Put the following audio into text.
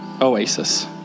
oasis